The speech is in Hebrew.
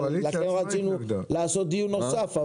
לכן רצינו לעשות דיון נוסף,